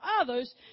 others